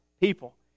people